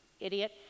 idiot